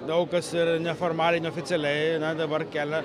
daug kas ir neformaliai neoficialiai na dabar kelia